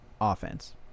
offense